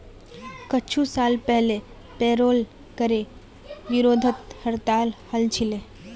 कुछू साल पहले पेरोल करे विरोधत हड़ताल हल छिले